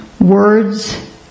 words